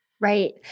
Right